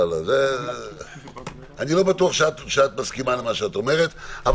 אני לא בטוח שאת מסכימה למה שאת אומרת.